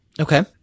Okay